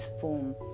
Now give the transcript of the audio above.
form